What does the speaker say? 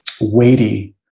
weighty